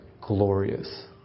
glorious